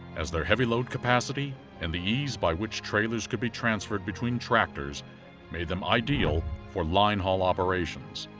as their heavy load capacity and the ease by which trailers could be transferred between tractors made them ideal for line haul operations.